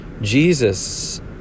Jesus